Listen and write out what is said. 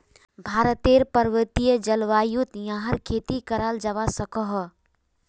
भारतेर पर्वतिये जल्वायुत याहर खेती कराल जावा सकोह